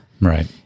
right